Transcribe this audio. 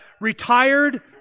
retired